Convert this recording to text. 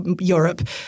Europe